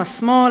השמאל,